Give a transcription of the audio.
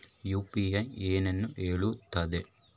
UPI ಏನನ್ನು ಹೇಳುತ್ತದೆ?